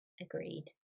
agreed